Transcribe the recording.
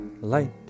light